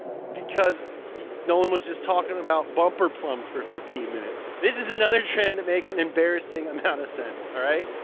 because no you know one was just talking about bumper plums for fifteen minutes. this is another trend that makes an embarrassing amount of sense, all right.